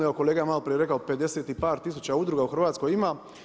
Evo kolega je malo prije rekao 50 i par tisuća udruga u Hrvatskoj ima.